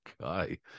guy